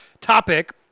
topic